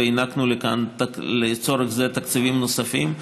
והקצינו לצורך זה תקציבים נוספים.